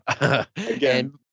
Again